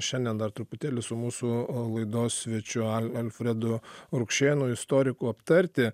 šiandien dar truputėlį su mūsų laidos svečiu alfredu rukšėnu istoriku aptarti